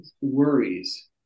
worries